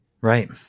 right